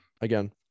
again